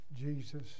Jesus